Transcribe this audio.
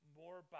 more